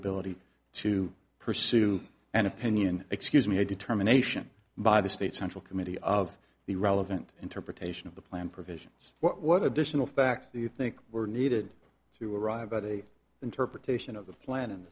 ability to pursue an opinion excuse me a determination by the state central committee of the relevant interpretation of the plan provisions what additional facts that you think were needed to arrive at a interpretation of the plan